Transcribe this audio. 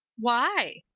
why?